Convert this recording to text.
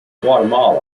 guatemala